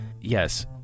Yes